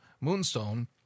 Moonstone